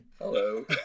Hello